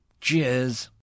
Cheers